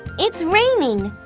it's raining.